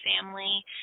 family